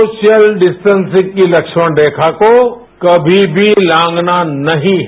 social distancing की लक्ष्मण रेखा को कभी भी लांघना नहीं है